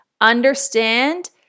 understand